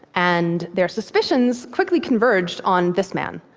and their suspicions quickly converged on this man,